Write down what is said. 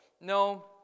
No